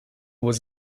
was